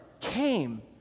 came